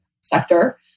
sector